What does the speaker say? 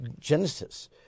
Genesis